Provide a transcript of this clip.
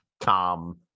Tom